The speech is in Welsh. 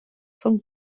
rhwng